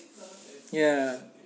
ya